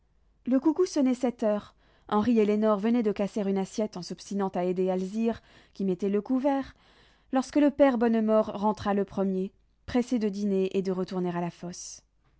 le coucou sonnait sept heures henri et lénore venaient de casser une assiette en s'obstinant à aider alzire qui mettait le couvert lorsque le père bonnemort rentra le premier pressé de dîner et de retourner à la fosse